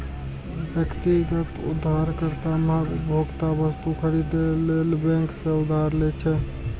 व्यक्तिगत उधारकर्ता महग उपभोक्ता वस्तु खरीदै लेल बैंक सं उधार लै छै